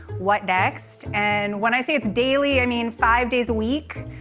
what next. and when i say it's daily i mean five days a week.